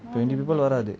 twenty people வராது:varadhu